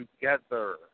together